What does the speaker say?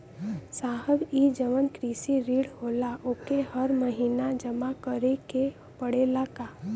साहब ई जवन कृषि ऋण होला ओके हर महिना जमा करे के पणेला का?